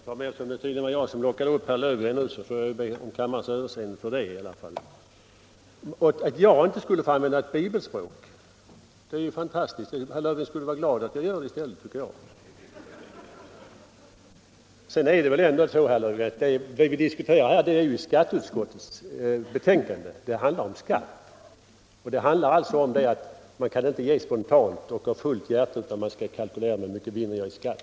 Fru talman! Eftersom det var jag som lockade upp herr Löfgren nu får jag be om kammarens överseende med det. Skulle jag inte få använda bibelspråk? Det är ju fantastiskt! Herr Löfgren borde i stället vara glad över att jag gör det. Sedan är det väl ändå så, herr Löfgren, att det vi här diskuterar är ett betänkande från skatteutskottet — det handlar om skatt! Det handlar alltså om att man inte kan ge spontant och av fullt hjärta utan att man skall kalkylera med hur mycket man vinner i skatt.